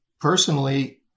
Personally